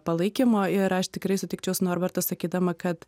palaikymo ir aš tikrai sutikčiau norbertas sakydama kad